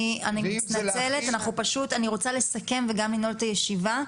אני פשוט רוצה לסכם וגם לנעול את הישיבה.